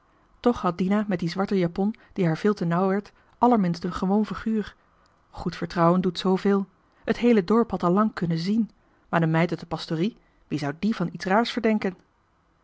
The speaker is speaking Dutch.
toch had dina met die zwarte japon die haar veel te nauw werd allerminst een gewoon figuur goed vertrouwen doet zoo veel t heele dorp had al lang kunnen zien mààr de meid uit de pastorie wie zou die van iets raars verdenken